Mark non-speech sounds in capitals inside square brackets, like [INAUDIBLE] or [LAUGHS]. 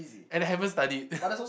and haven't studied [LAUGHS]